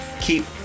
keep